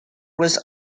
was